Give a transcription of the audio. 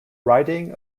riding